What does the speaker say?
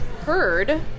Heard